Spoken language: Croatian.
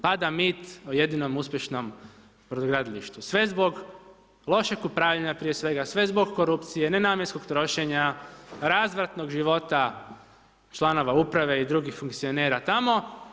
Pada mit o jedinom uspješnom brodogradilištu, sve zbog lošeg upravljanja prije svega, sve zbog korupcije, nenamjenskog trošenja, razvratnog života članova Uprave i drugih funkcionera tamo.